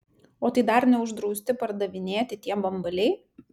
o tai dar neuždrausti pardavinėti tie bambaliai